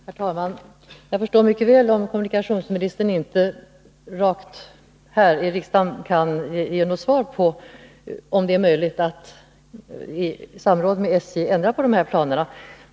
Herr talman! Jag förstår mycket väl att kommunikationsministern inte på rak arm här i riksdagen kan ge något svar på frågan, om det är möjligt att i samråd med SJ ändra de här planerna.